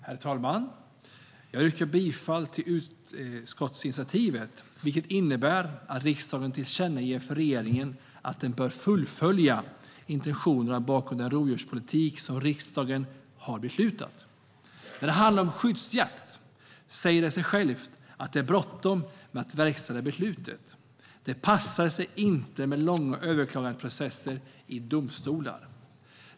Herr talman! Jag yrkar bifall till utskottsinitiativet, vilket innebär att riksdagen tillkännager för regeringen att den bör fullfölja intentionerna bakom den rovdjurspolitik som riksdagen har beslutat. När det handlar om skyddsjakt säger det sig självt att det är bråttom med att verkställa beslutet. Det passar sig inte med långa överklagandeprocesser i domstolar.